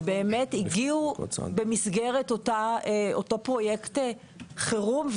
ובאמת הגיעו במסגרת אותו פרויקט חירום,